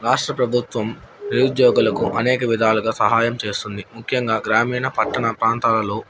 రాష్ట్ర ప్రభుత్వం నిరుద్యోగులకు అనేక విధాలుగా సహాయం చేస్తుంది ముఖ్యంగా గ్రామీణ పట్టణ ప్రాంతాలలో